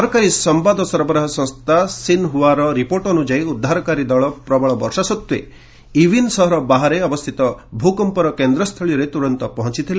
ସରକାରୀ ସମ୍ବାଦ ସରବରାହ ସଂସ୍ଥା ସିନ୍ହୁଆର ରିପୋର୍ଟ ଅନୁଯାୟୀ ଉଦ୍ଧାରକାରୀ ଦଳ ପ୍ରବଳ ବର୍ଷା ସତ୍ତ୍ୱେ ଇବିନ୍ ସହର ବାହାରେ ଅବସ୍ଥିତ ଭୂକମ୍ପର କେନ୍ଦ୍ରସ୍ଥଳୀରେ ତୁରନ୍ତ ପହଞ୍ଚଥିଲେ